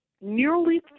nearly